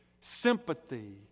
sympathy